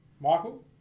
Michael